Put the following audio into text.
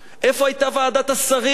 איפה היתה ועדת השרים?